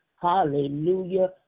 hallelujah